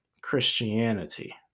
Christianity